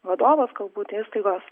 vadovas galbūt įstaigos